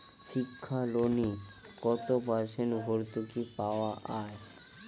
শিক্ষা লোনে কত পার্সেন্ট ভূর্তুকি পাওয়া য়ায়?